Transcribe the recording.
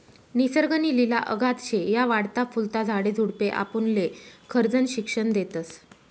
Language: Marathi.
निसर्ग नी लिला अगाध शे, या वाढता फुलता झाडे झुडपे आपुनले खरजनं शिक्षन देतस